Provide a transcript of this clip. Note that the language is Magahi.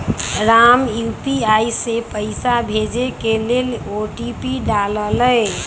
राम यू.पी.आई से पइसा भेजे के लेल ओ.टी.पी डाललई